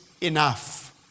enough